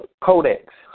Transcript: codex